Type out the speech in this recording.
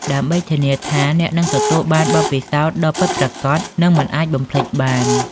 ដើម្បីធានាថាអ្នកនឹងទទួលបានបទពិសោធន៍ដ៏ពិតប្រាកដ និងមិនអាចបំភ្លេចបាន។